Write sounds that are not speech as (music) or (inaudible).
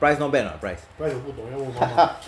price not bad or not price (laughs)